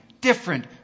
different